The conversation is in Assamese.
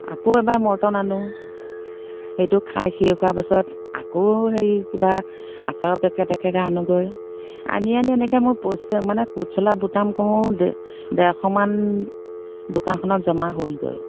আকৌ এবাৰ মৰ্টন আনো সেইটো খাই শেষ হোৱা পাছত আকৌ হেৰি কিবা আচাৰৰ পেকেট এখেগা আনোগৈ আনি আনি এনেকৈ মই পইচা মানে কোট চোলা বুটাম কও ডেৰ ডেৰশমান দোকানখনত জমা হ'লগৈ